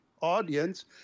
audience